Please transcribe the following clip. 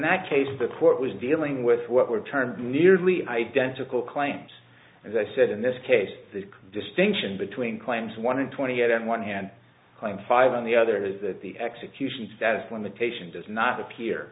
that case the court was dealing with what would turn nearly identical claims as i said in this case the distinction between claims one and twenty eight in one hand claim five on the other is that the execution status limitation does not appear